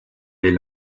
les